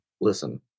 listen